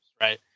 right